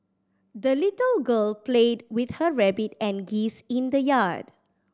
the little girl played with her rabbit and geese in the yard